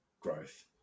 growth